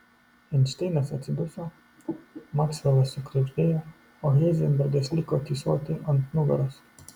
einšteinas atsiduso maksvelas sukrebždėjo o heizenbergas liko tysoti ant nugaros